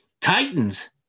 Titans